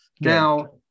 Now